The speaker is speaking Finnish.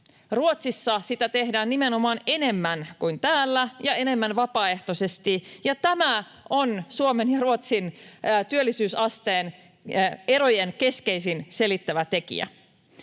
Ruotsissa sitä tehdään nimenomaan enemmän kuin täällä ja enemmän vapaaehtoisesti, ja tämä on Suomen ja Ruotsin työllisyysasteen erojen keskeisin selittävä tekijä.